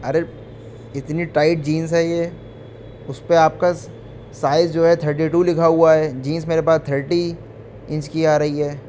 ارے اتنی tight jeans ہے یہ اس پہ آپ کا سائز جو ہے تھرٹی ٹو لکھا ہوا ہے جینس میرے پاس تھرٹی انچ کی آ رہی ہے